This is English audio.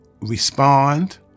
respond